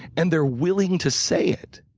and they're willing to say it.